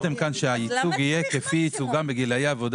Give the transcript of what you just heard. שלום,